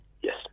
Yes